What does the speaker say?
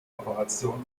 operation